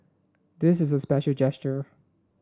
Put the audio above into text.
this is a special gesture